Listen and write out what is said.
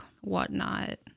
whatnot